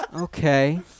Okay